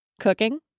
cooking